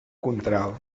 contralt